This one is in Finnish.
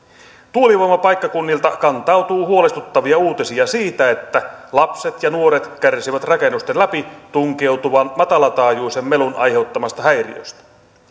tuulivoimapaikkakunnilta kantautuu huolestuttavia uutisia siitä että lapset ja nuoret kärsivät rakennusten läpi tunkeutuvan matalataajuisen melun aiheuttamasta häiriöstä